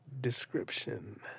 Description